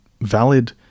valid